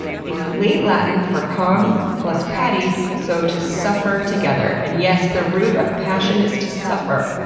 it's late latin for com plus patti, so to suffer together. and yes, the root of passion is to suffer.